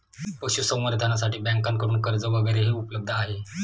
पशुसंवर्धनासाठी बँकांकडून कर्ज वगैरेही उपलब्ध आहे